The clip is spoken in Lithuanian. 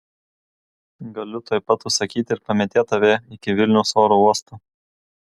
galiu tuoj pat užsakyti ir pamėtėt tave iki vilniaus oro uosto